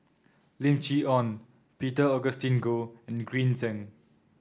Lim Chee Onn Peter Augustine Goh and Green Zeng